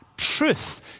truth